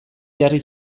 jarri